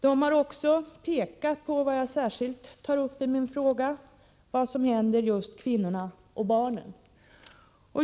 De har också pekat på det som jag särskilt tar upp i min fråga, nämligen vad som händer med kvinnorna och barnen.